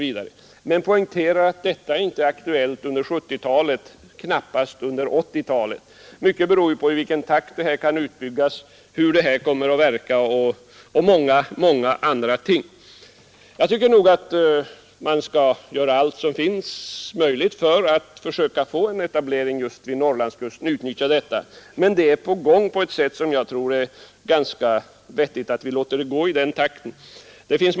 Men man poängterar att detta inte är aktuellt under 1970-talet, knappast heller under 1980-talet. Mycket beror ju på i vilken takt utbyggnaden kan ske och många andra ting. Det bör göras allt som är möjligt för att försöka få en etablering just vid Norrlandskusten, men saken är på gång, och det är nog ganska vettigt att låta utvecklingen fortgå i nuvarande takt.